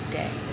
day